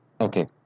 Okay